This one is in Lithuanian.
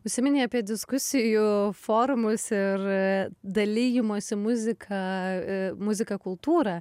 užsiminei apie diskusijų forumus ir dalijimosi muzika muzika kultūrą